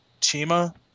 Chima